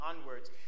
onwards